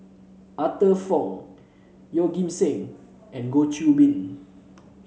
Arthur Fong Yeoh Ghim Seng and Goh Qiu Bin